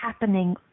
happening